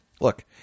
Look